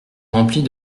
remplie